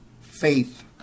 faith